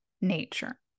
nature